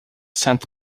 sent